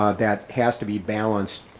ah that has to be balanced,